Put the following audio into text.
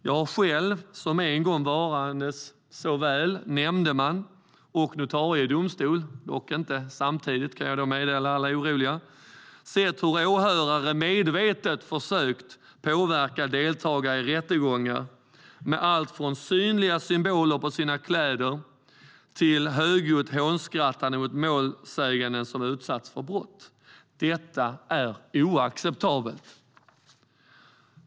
Jag har själv som en gång varandes såväl nämndeman som notarie i domstol - dock inte samtidigt, kan jag meddela alla oroliga - sett hur åhörare medvetet försökt påverka deltagare i rättegångar med allt från synliga symboler på sina kläder till högljutt hånskrattande åt målsägande som utsatts för brott. Det är oacceptabelt.